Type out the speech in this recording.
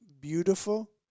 beautiful